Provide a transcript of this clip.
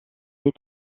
les